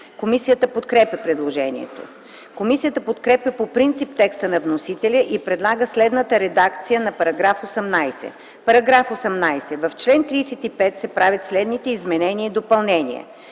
Комисията подкрепя предложението. Комисията подкрепя по принцип текста на вносителя и предлага следната редакция на § 11: „§ 11. В чл. 351 се правят следните изменения и допълнения: